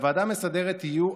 לוועדה המסדרת יהיו,